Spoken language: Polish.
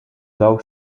dał